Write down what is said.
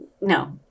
no